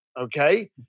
Okay